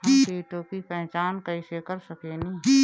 हम कीटों की पहचान कईसे कर सकेनी?